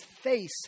face